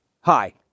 Hi